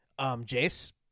Jace